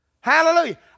Hallelujah